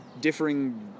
differing